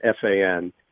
FAN